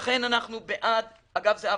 אגב,